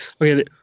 okay